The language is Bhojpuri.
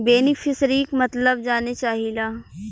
बेनिफिसरीक मतलब जाने चाहीला?